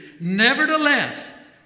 Nevertheless